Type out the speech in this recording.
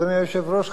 אדוני היושב-ראש,